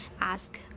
ask